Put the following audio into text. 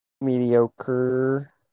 mediocre